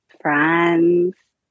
friends